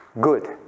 good